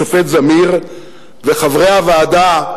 השופט זמיר וחברי הוועדה,